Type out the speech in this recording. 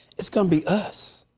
it is going to be us.